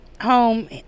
home